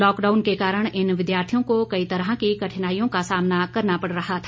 lockdown के कारण इन विद्यार्थियों को कई तरह की कठिनाईयों का सामना करना पड़ रहा था